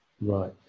Right